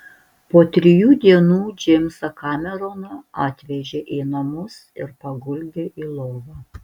po trijų dienų džeimsą kameroną atvežė į namus ir paguldė į lovą